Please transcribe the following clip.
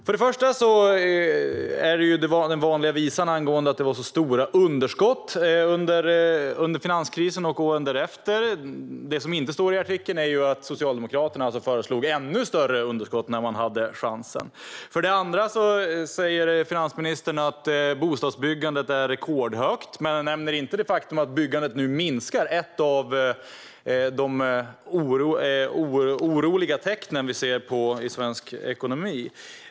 För det första: Som så ofta var det den vanliga visan om att det var så stora underskott under finanskrisen och åren därefter. Det som inte står i artikeln är ju att Socialdemokraterna föreslog ännu större underskott när de hade chansen. För det andra: Finansministern säger att bostadsbyggandet är rekordhögt. Men hon nämner inte det faktum att byggandet nu minskar. Det är ett av de oroväckande tecken som vi ser i svensk ekonomi.